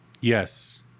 Yes